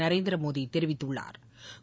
நரேந்திரமோடி தெரிவித்துள்ளாா்